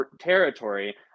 territory